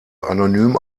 anonym